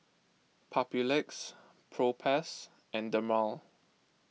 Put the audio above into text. Papulex Propass and Dermale